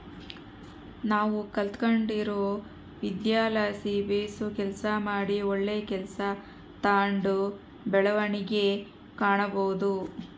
ನಾವು ಕಲಿತ್ಗಂಡಿರೊ ವಿದ್ಯೆಲಾಸಿ ಬೇಸು ಕೆಲಸ ಮಾಡಿ ಒಳ್ಳೆ ಕೆಲ್ಸ ತಾಂಡು ಬೆಳವಣಿಗೆ ಕಾಣಬೋದು